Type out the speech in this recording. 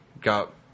got